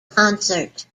concert